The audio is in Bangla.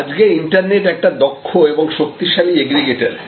আজকে ইন্টারনেট একটি দক্ষ এবং শক্তিশালী এগ্রিগেটের